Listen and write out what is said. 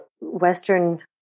Western